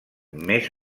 més